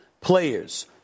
Players